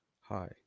Hi